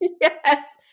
Yes